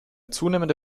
zunehmende